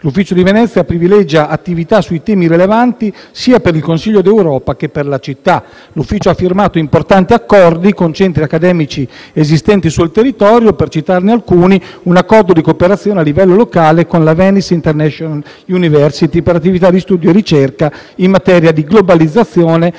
L'Ufficio di Venezia privilegia attività sui temi rilevanti sia per il Consiglio d'Europa che per la città. L'Ufficio ha firmato importanti accordi con centri accademici esistenti sul territorio; per citarne alcuni, un accordo di cooperazione a livello locale con la Venice international university, per attività di studio e ricerca in materia di globalizzazione;